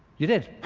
you did.